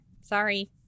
Sorry